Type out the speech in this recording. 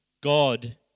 God